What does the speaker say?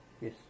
Yes